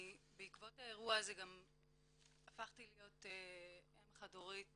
בעקבות האירוע הזה גם הפכתי להיות אם חד הורית